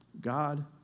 God